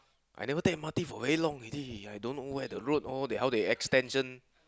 I never take M_R_T for very long already I don't know where the road all they how they extension